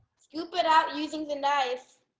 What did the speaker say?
scoop it out using the knife.